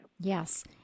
Yes